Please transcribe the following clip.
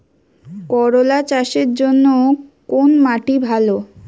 করলা চাষের জন্য কোন মাটি ভালো?